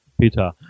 peter